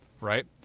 right